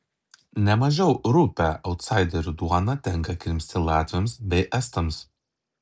ne mažiau rupią autsaiderių duoną tenka krimsti latviams bei estams